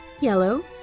Yellow